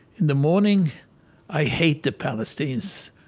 in the morning i hate the palestinians.